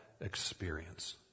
experience